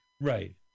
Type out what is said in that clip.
Right